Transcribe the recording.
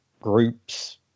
groups